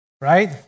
right